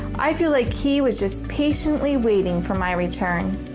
i feel like he was just patiently waiting for my return.